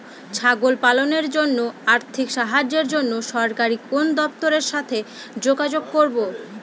ছাগল পালনের জন্য আর্থিক সাহায্যের জন্য সরকারি কোন দপ্তরের সাথে যোগাযোগ করব?